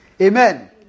Amen